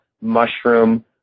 mushroom